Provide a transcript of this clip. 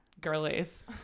girlies